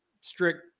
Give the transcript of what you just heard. strict